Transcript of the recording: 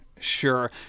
sure